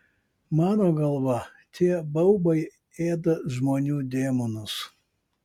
mano galva tie baubai ėda žmonių demonus